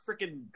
freaking